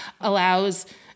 allows